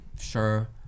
Sure